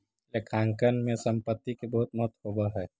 लेखांकन में संपत्ति के बहुत महत्व होवऽ हइ